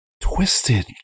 twisted